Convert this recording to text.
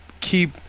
keep